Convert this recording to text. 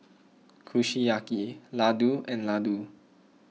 Kushiyaki Ladoo and Ladoo